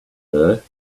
her